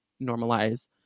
normalize